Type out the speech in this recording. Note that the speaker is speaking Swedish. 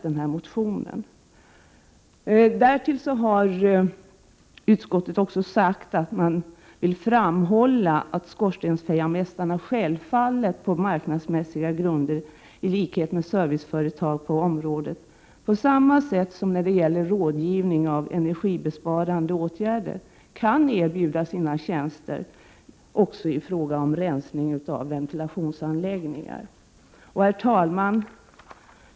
Utskottet vill dessutom framhålla att skorstensfejarmästarna självfallet på marknadsmässiga grunder i likhet med serviceföretag på området på samma sätt som när det gäller rådgivning om energibesparande åtgärder kan erbjuda sina tjänster också i fråga om rensning av ventilationsanläggningar. Herr talman!